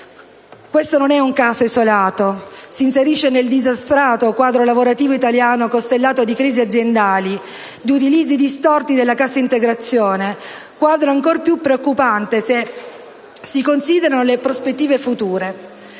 Questo non è un caso isolato. Si inserisce nel disastrato quadro lavorativo italiano costellato di crisi aziendali, di utilizzi distorti della cassa integrazione ed è ancora più preoccupante se si considerano le prospettive future.